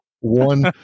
one